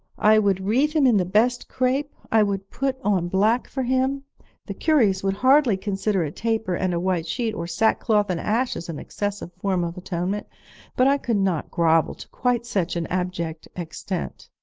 i would wreathe him in the best crape, i would put on black for him the curries would hardly consider a taper and a white sheet, or sackcloth and ashes, an excessive form of atonement but i could not grovel to quite such an abject extent.